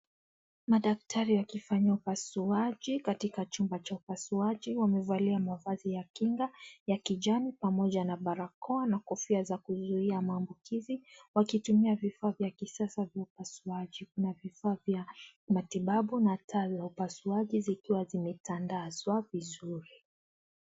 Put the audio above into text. Madaktari wakifanya upasuaji katika chumba cha upasuaji. Wamevalia mavazi ya kinga ya kijani pamoja na barakoa na kofia za kuzuia maambukizi wakitumia vifaa vya kisasa vya upasuaji na vifaa vya matibabu na taa za upasuaji zikiwa zimetandazwa vizuri.